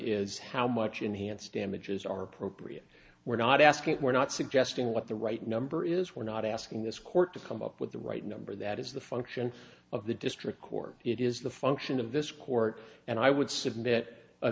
is how much enhanced damages are appropriate we're not asking we're not suggesting what the right number is we're not asking this court to come up with the right number that is the function of the district court it is the function of this court and i would submit a